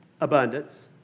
abundance